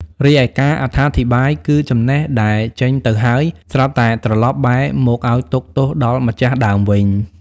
រីឯការអត្ថាធិប្បាយគឺ ចំណេះដែលចេញទៅហើយ ស្រាប់តែត្រលប់បែរមកឲ្យទុក្ខទោសដល់ម្ចាស់ដើមវិញ ។